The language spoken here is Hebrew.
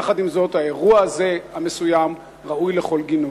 יחד עם זאת, האירוע הזה, המסוים, ראוי לכל גינוי.